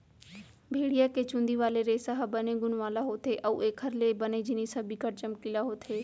भेड़िया के चुंदी वाले रेसा ह बने गुन वाला होथे अउ एखर ले बने जिनिस ह बिकट चमकीला होथे